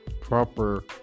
proper